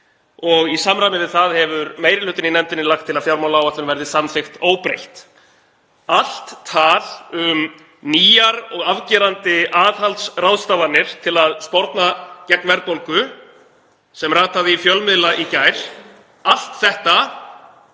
og í samræmi við það hefur meiri hlutinn í nefndinni lagt til að fjármálaáætlunin verði samþykkt óbreytt. Allt tal um nýjar og afgerandi aðhaldsráðstafanir til að sporna gegn verðbólgu, sem rataði í fjölmiðla í gær, allt þetta